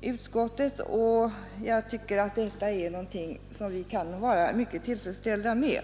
utskottet, och jag tycker detta är någonting vi kan vara mycket tillfredsställda med.